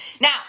Now